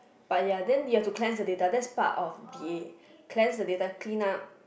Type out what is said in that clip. but ya then you have to plan the data that part of B_A plan the data key up